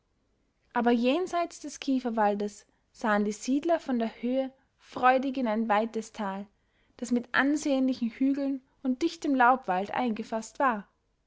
aber jenseits des kieferwaldes sahen die siedler von der höhe freudig in ein weites tal das mit ansehnlichen hügeln und dichtem laubwald eingefaßt war